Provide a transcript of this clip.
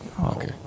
Okay